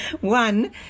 one